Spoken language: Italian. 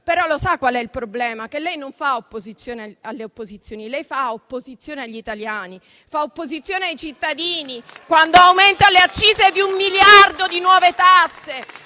però qual è il problema? È che lei non fa opposizione alle opposizioni, ma fa opposizione agli italiani: fa opposizione ai cittadini quando aumenta le accise di 1 miliardo di nuove tasse;